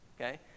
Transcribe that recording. Okay